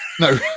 no